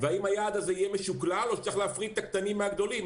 והאם היעד הזה יהיה משוקלל או צריך להפריד את הקטנים מהגדולים?